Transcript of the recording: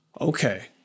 Okay